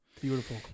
beautiful